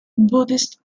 buddhist